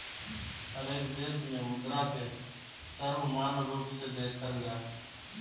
हरेक देश में मुद्रा के सर्वमान्य रूप से देखल जा हइ